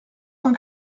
cent